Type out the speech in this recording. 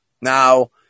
now